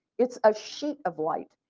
it's a sheet of light.